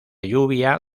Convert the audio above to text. lluvia